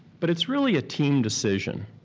but it's really a team decision.